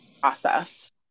process